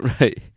Right